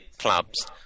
Clubs